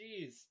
jeez